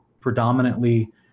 predominantly